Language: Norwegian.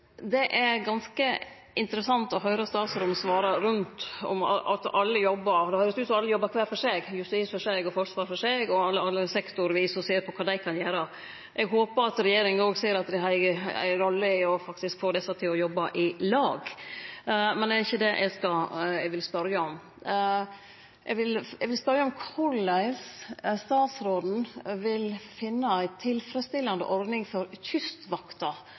Det er ganske interessant å høyre statsråden svare rundt at alle jobbar. Det høyrest ut som alle jobbar kvar for seg – justis for seg, forsvar for seg, og alle saman ser sektorvis på kva dei kan gjere. Eg håper at regjeringa òg ser at dei har ei rolle i faktisk å få desse til å jobbe i lag. Men det er ikkje det eg vil spørje om. Eg vil spørje om korleis statsråden vil finne ei tilfredsstillande ordning for Kystvakta,